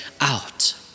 out